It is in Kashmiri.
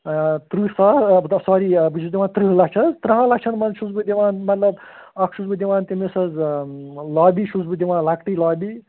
تٕرٛہ سا بہٕ دپہٕ سوٚری بہٕ چھُس دِوان تٕرٛہ لچھ حظ تٕرٛہن لچھن منٛز چھُس بہٕ دِوان مطلب اکھ چھُس بہٕ دِوان تٔمِس حظ لابی چھُس بہٕ دِوان لۅکٹٕے لابی